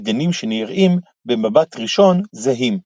בדינים שנראים במבט ראשון זהים.